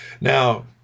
now